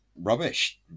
Rubbish